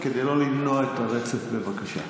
כדי לא למנוע את הרצף, בבקשה.